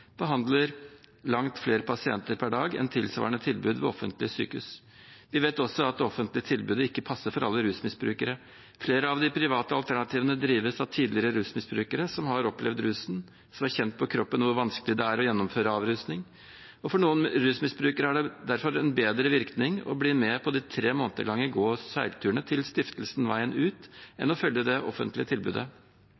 behandler langt flere pasienter per dag enn tilsvarende tilbud ved offentlige sykehus. Vi vet også at det offentlige tilbudet ikke passer for alle rusmisbrukere. Flere av de private alternativene drives av tidligere rusmisbrukere som har opplevd rusen, som har kjent på kroppen hvor vanskelig det er å gjennomføre avrusning. For noen rusmisbrukere har det derfor en bedre virkning å bli med på de tre måneder lange gå- og seilturene til stiftelsen Veien Ut